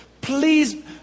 Please